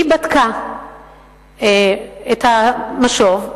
היא בדקה את המשוב,